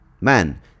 man